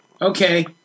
Okay